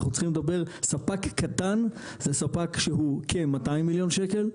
אנחנו צריכים לדבר ספק קטן זה ספק שהוא כ- 200 מיליון שקל,